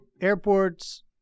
airports